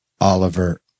Oliver